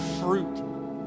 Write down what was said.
fruit